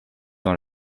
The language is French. dans